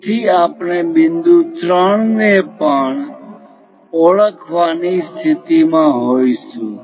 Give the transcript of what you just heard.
તેથી આપણે બિંદુ 3 ને પણ ઓળખવાની સ્થિતિમાં હોઈશું